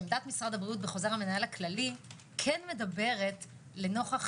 עמדת משרד הבריאות בחוזר המינהל הכללי כן מדברת לנוכח